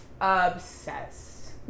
obsessed